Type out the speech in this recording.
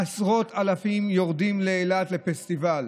עשרות אלפים יורדים לאילת לפסטיבל.